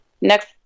next